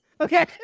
okay